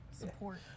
support